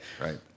right